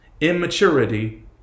immaturity